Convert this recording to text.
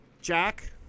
Jack